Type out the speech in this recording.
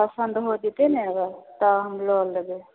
पसंद हो जयतै ने तब हम लऽ लेबै